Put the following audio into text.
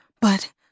but-